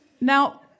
Now